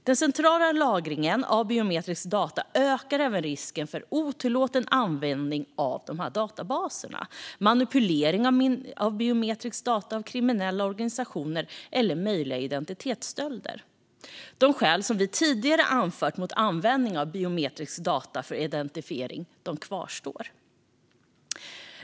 Den centrala lagringen av biometriska data ökar även risken för otillåten användning av dessa databaser, manipulering av biometriska data av kriminella organisationer och möjliga identitetsstölder. De skäl som vi tidigare anfört mot användning av biometriska data för identifiering kvarstår.